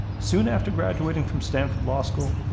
soon after graduating from stanford law school,